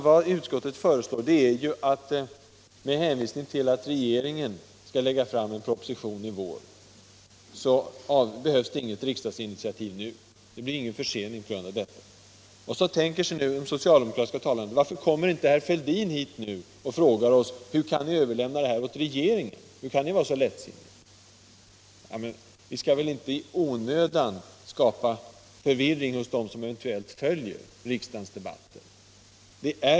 Vad utskottet säger är, att eftersom regeringen skall lägga fram en proposition i vår, så behövs det inget initiativ nu; det blir ingen försening på grund därav. Då undrar de socialdemokratiska talarna: Varför kommer inte herr Fälldin hit nu och frågar oss: Hur kan ni överlämna detta till regeringen? Hur kan ni vara så lättsinniga? Vi bör väl inte i onödan skapa förvirring hos dem som eventuellt följer riksdagsdebatten.